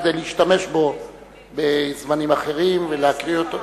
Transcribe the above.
כדי להשתמש בו בזמנים אחרים ולהקריא אותו,